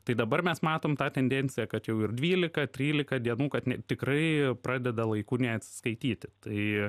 tai dabar mes matom tą tendenciją kad jau ir dvylika trylika dienų kad ne tikrai pradeda laiku neatsiskaityti tai